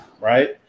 right